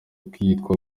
kwitwa